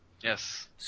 Yes